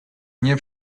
nie